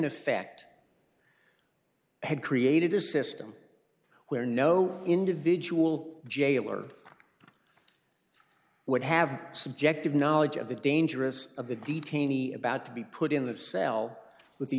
effect had created a system where no individual jailer would have subjective knowledge of the dangerous of the detainee about to be put in the cell with the